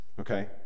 Okay